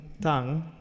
tongue